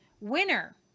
Winner